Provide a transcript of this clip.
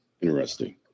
interesting